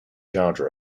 charge